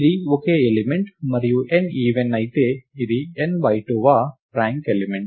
ఇది ఒకే ఎలిమెంట్ మరియు n ఈవెన్ అయితే ఇది n2 వ ర్యాంక్ ఎలిమెంట్